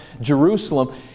Jerusalem